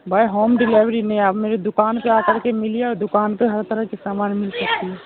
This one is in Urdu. بھائی ہوم ڈیلیوری نہیں آپ میری دکان پہ آ کر کے ملیے اور دکان پہ ہر طرح کی سامان مل سکتی ہے